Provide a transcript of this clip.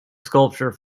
sculpture